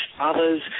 others